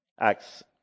Acts